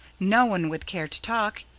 no one would care to talk.